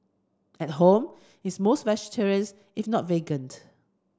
at home it's mostly vegetarians if not vegan